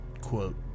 quote